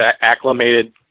acclimated